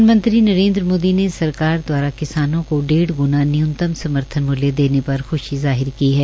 प्रधानमंत्री नरेन्द्र मोदी ने सरकार दवारा किसानों को डेढ़ ग्णा न्यूनतम समर्थन मूल्य देने पर ख्शी जाहिर की है